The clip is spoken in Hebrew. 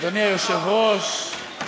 אדוני היושב-ראש,